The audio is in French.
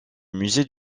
musée